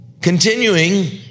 Continuing